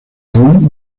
aún